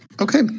Okay